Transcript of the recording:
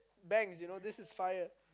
bangs you know this is fire